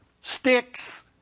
sticks